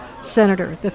senator